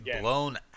blown